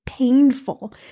painful